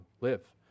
live